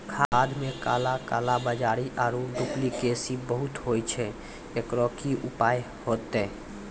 खाद मे काला कालाबाजारी आरु डुप्लीकेसी बहुत होय छैय, एकरो की उपाय होते?